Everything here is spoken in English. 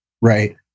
Right